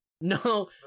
No